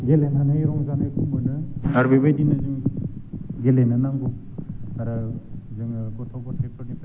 गेलेनानै रंजानायखौ मोनो आरो बेबायदिनो जों गेलेनो नांगौ आरो जोङो गथ' गथायफोरनिफ्राय